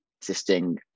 existing